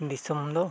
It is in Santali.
ᱫᱤᱥᱚᱢ ᱫᱚ